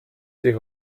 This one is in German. sich